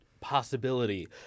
possibility